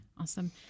Awesome